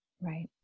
Right